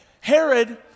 Herod